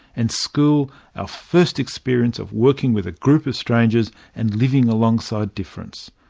and school our first experience of working with a group of strangers and living alongside difference.